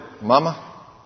mama